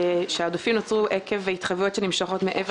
שהעודפים בה נוצרו עקב התחייבויות שנמשכות מעבר